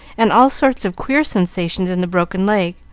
and all sorts of queer sensations in the broken leg.